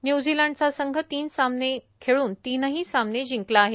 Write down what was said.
न्य्झिलंडचा संघ तीन सामने खेळून तीन्ही सामने जिंकले आहेत